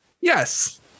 Yes